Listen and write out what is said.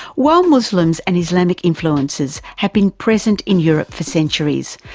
while muslims and islamic influences had been present in europe for centuries,